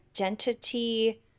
identity